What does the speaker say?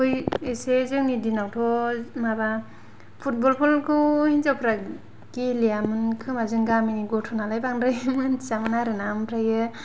बै एसे जोंनि दिनावथ' माबा फुटब'लफोरखौ हिन्जावफ्रा गेलेआमोन खोमा जोंनि गामिनि गथ' नालाय बांद्राय मिन्थियामोन आरोना आमफ्रायो